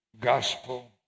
gospel